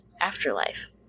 afterlife